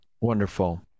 Wonderful